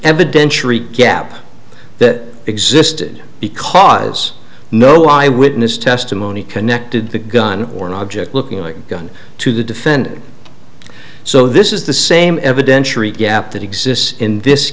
evidentiary gap that existed because no eyewitness testimony connected the gun or an object looking like a gun to the defendant so this is the same evidentiary gap that exists in this